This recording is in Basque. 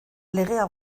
legea